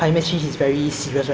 err with the rising